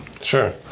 Sure